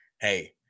Hey